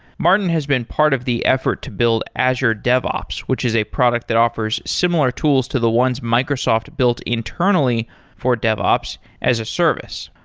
martin has been part of the effort to build azure devops, which is a product that offers similar tools to the once microsoft builds internally for devops as a service.